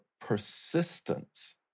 persistence